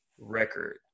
record